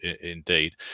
indeed